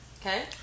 Okay